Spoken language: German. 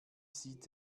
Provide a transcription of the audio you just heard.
sieht